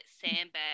sandbag